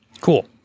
Cool